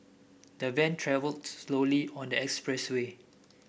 the van travelled slowly on the expressway